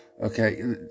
Okay